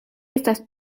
estas